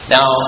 Now